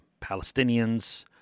Palestinians